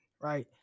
Right